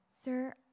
sir